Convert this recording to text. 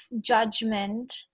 judgment